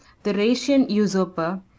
the rhaetian usurper,